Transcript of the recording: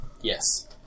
Yes